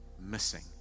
missing